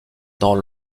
dans